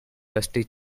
dusty